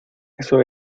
eso